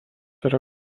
yra